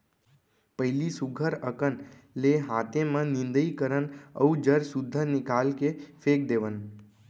पहिली सुग्घर अकन ले हाते म निंदई करन अउ जर सुद्धा निकाल के फेक देवन